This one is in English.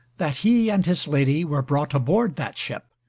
that he and his lady were brought aboard that ship,